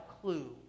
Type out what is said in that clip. clue